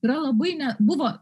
yra labai ne buvo